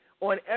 on